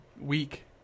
week